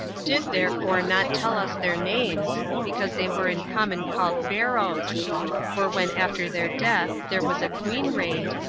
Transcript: did therefore not tell us their names, because they were in common called pharaohs for when after their death there was a queen reigned,